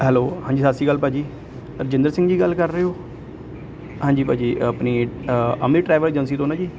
hello ਹਾਂਜੀ ਸਤਿ ਸ਼੍ਰੀ ਅਕਾਲ ਭਾਅ ਜੀ ਰਜਿੰਦਰ ਸਿੰਘ ਜੀ ਗੱਲ ਕਰ ਰਹੇ ਹੋ ਹਾਂਜੀ ਭਾਅ ਜੀ ਆਪਣੀ ਅ ਅੰਮ੍ਰਿਤ ਟਰੈਵਲ ਏਜੰਸੀ ਤੋਂ ਨਾ ਜੀ